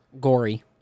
Gory